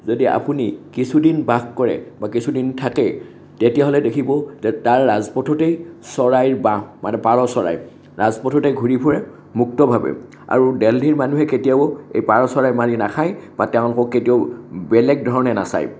যদি আপুনি কিছুদিন বাস কৰে বা কিছুদিন থাকে তেতিয়াহ'লে দেখিব যে তাৰ ৰাজপথতে চৰাইৰ বাহ মানে পাৰ চৰাইৰ ৰাজপথতে ঘূৰি ফুৰে মুক্তভাৱে আৰু দেলহিৰ মানুহে কেতিয়াও এই পাৰ চৰাই মাৰি নাখায় বা তেওঁলোকক কেতিয়াও বেলেগ ধৰণে নাচায়